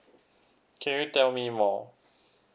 can you tell me more